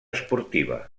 esportiva